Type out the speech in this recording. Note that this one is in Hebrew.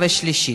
פיצול דירות),